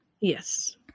Yes